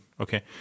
okay